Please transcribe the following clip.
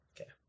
Okay